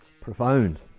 profound